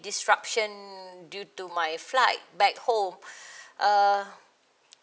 disruption due to my flight back home err